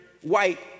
white